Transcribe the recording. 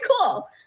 cool